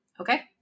Okay